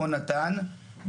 או נט"ן,